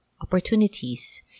opportunities